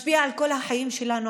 משפיע על כל החיים שלנו,